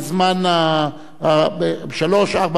ב-03:00,